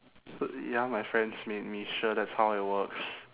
ya my friends made me sure that's how it works